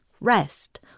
rest